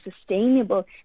sustainable